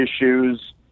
issues